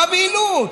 מה הבהילות?